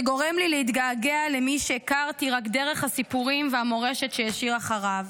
זה גורם לי להתגעגע למי שהכרתי רק דרך הסיפורים והמורשת שהשאיר אחריו.